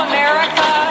America